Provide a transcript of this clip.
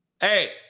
Hey